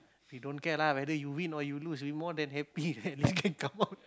we don't care lah whether you win or you lose we more than happy when this game come out